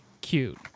cute